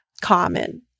common